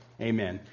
Amen